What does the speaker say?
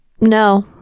No